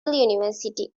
university